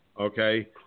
okay